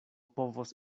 povos